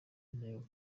intego